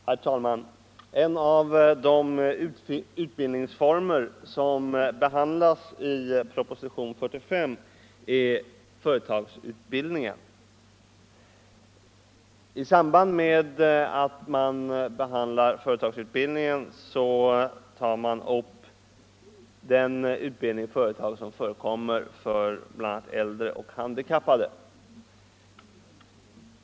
Herr talman! En av de utbildningsformer som behandlas i propositionen 45 är företagsutbildningen. I samband med att man behandlar företagsutbildningen tar man upp den utbildning i företag som förekommer för bl.a. äldre och handikappade.